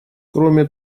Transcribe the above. кроме